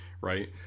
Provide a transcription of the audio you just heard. Right